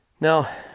Now